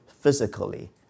physically